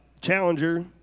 challenger